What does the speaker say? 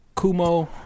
Kumo